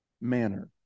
manner